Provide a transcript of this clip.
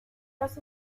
los